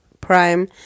Prime